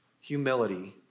humility